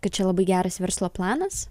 kad čia labai geras verslo planas